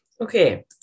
Okay